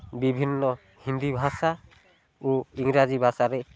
ବିଭିନ୍ନ ହିନ୍ଦୀ ଭାଷା ଓ ଇଂରାଜୀ ଭାଷାରେ